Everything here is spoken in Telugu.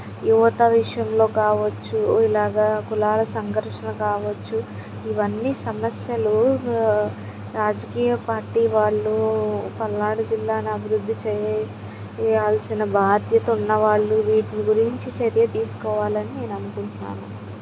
యువత విషయంలో కావచ్చు ఇలాగా కులాల సంఘర్షణ కావచ్చు ఇవన్నీ సమస్యలు రాజకీయ పార్టీ వాళ్ళు పల్నాడు జిల్లాని అభివృద్ధి చే చేయాల్సిన బాధ్యత ఉన్నవాళ్ళు వీటి గురించి చర్య తీసుకోవాలని నేను అనుకుంటున్నాను